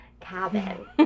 cabin